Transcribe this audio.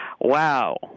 wow